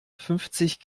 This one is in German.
fünfzig